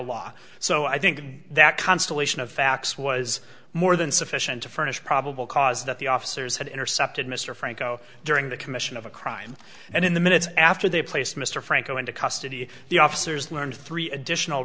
law so i think that constellation of facts was more than sufficient to furnish probable cause that the officers had intercepted mr franco during the commission of a crime and in the minutes after they placed mr franco into custody the officers learned three additional